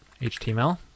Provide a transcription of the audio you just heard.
html